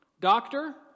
doctor